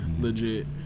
Legit